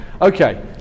okay